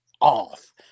off